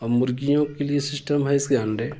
औ मुर्गियों के लिए सिस्टम है इसके अंडे